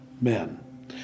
men